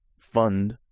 fund